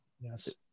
Yes